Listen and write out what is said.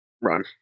Run